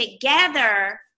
together